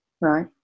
Right